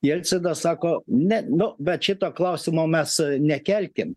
jelcinas sako ne nu bet šito klausimo mes nekelkim